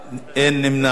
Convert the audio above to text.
אין נמנעים.